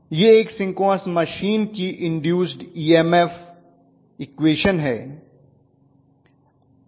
यह एक synchronous machine की इन्दूस्ड ईएमएफ EMF इक्वेश़न है